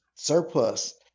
surplus